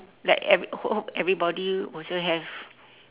like every home everybody also have